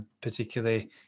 particularly